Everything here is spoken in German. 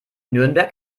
nürnberg